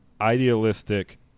idealistic